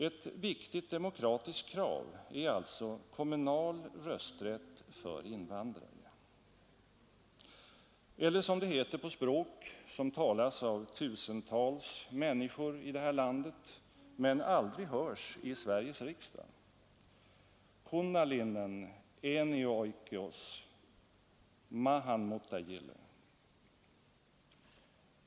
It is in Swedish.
Ett viktigt demokratiskt krav är alltså kommunal rösträtt för invandrare eller, som det heter på ett par språk som talas av tusentals människor i det här landet men aldrig hörs i Sveriges riksdag: Kunnallinen äänioikeus maahanmuuttajille.